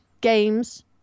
games